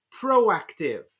proactive